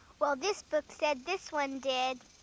well this book said this one did.